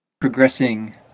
progressing